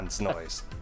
noise